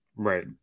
right